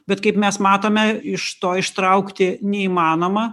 bet kaip mes matome iš to ištraukti neįmanoma